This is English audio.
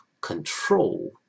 control